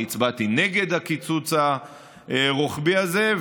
אני הצבעתי נגד הקיצוץ הרוחבי הזה,